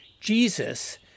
Jesus